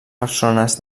persones